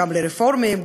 גם לרפורמים,